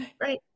Right